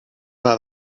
about